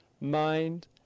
mind